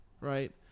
right